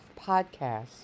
podcast